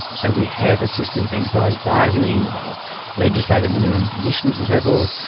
so we have a system of enterprise bargaining, of legislated minimum conditions and so forth.